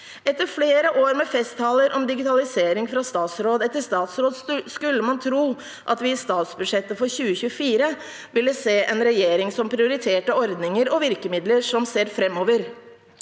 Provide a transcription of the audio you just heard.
Etter flere år med festtaler om digitalisering fra statsråd etter statsråd skulle man tro at vi i statsbudsjettet for 2024 ville se en regjering som prioriterte ordninger og virkemidler som ser framover,